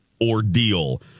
ordeal